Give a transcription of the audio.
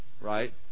right